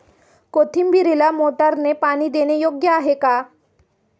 कोथिंबीरीला मोटारने पाणी देणे योग्य आहे का?